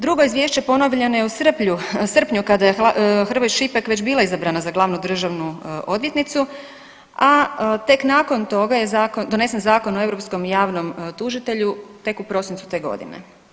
Drugo izvješće ponovljeno je u srpnju, kada je Hrvoj Šipek već bila izabrana za Glavnu državnu odvjetnicu a tek nakon toga je donesen zakon o Europskom javnom tužitelju, tek u prosincu te godine.